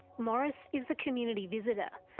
maurice is the community visitor,